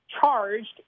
charged